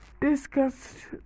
discussed